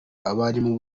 abarimu